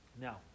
Now